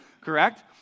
correct